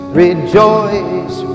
rejoice